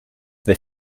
they